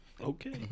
Okay